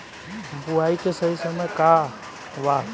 बुआई के सही समय का वा?